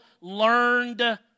learned